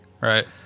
Right